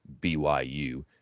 BYU